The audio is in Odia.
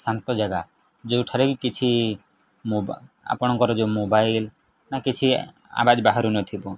ଶାନ୍ତ ଜାଗା ଯେଉଁଠାରେ କି କିଛି ମୋ ଆପଣଙ୍କର ଯେଉଁ ମୋବାଇଲ ନା କିଛି ଆବାଜ ବାହାରୁନଥିବ